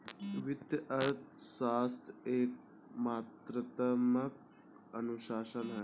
वित्तीय अर्थशास्त्र एक मात्रात्मक अनुशासन है